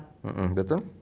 mm betul